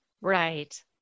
Right